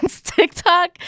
TikTok